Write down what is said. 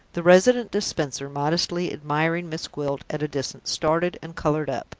the resident dispenser, modestly admiring miss gwilt at a distance, started and colored up.